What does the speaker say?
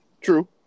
True